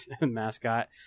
Mascot